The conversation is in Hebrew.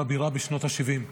עיר הבירה בשנות השבעים.